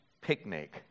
picnic